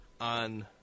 on